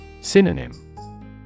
Synonym